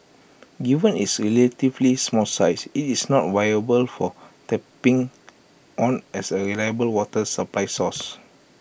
given its relatively small size IT is not viable for tapping on as A reliable water supply source